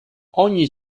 ogni